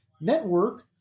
network